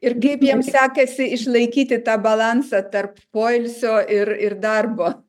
ir kaip jiem sekasi išlaikyti tą balansą tarp poilsio ir ir darbo